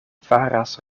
faras